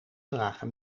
dragen